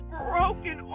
broken